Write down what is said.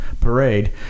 parade